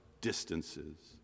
distances